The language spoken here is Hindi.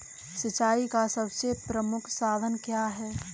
सिंचाई का सबसे प्रमुख साधन क्या है?